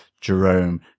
Jerome